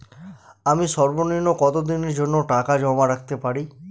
আমি সর্বনিম্ন কতদিনের জন্য টাকা জমা রাখতে পারি?